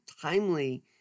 timely—